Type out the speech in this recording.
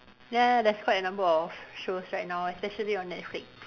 ya there's quite a number of shows right now especially on Netflix